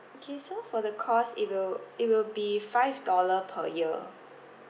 okay so for the cost it will it will be five dollar per year